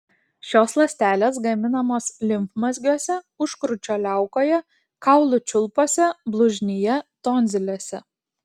šios ląstelės gaminamos limfmazgiuose užkrūčio liaukoje kaulų čiulpuose blužnyje tonzilėse